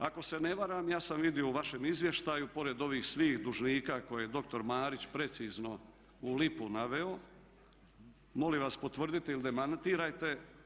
Ako se ne varam ja sam vidio u vašem izvještaju pored ovih svih dužnika koje je doktor Marić precizno u lipu naveo, molim vas potvrdite ili demantirajte.